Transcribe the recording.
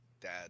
dad